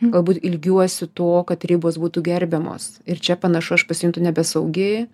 galbūt ilgiuosi to kad ribos būtų gerbiamos ir čia panašu aš pasijuntu nebesaugi